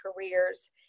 careers